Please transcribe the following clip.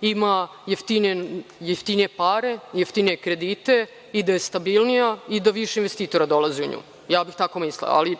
ima jeftinije pare, jeftinije kredite i da je stabilnija i da više investitora dolazi u nju. Ja bih tako mislila, ali